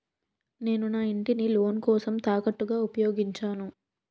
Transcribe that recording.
నేను నా ఇంటిని లోన్ కోసం తాకట్టుగా ఉపయోగించాను